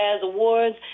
Awards